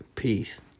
peace